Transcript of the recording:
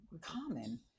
common